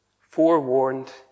forewarned